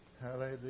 Hallelujah